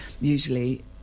usually